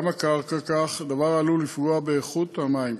גם הקרקע כך, והדבר עלול לפגוע באיכות המים.